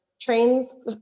trains